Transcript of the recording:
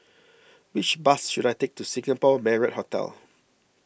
which bus should I take to Singapore Marriott Hotel